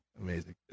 Amazing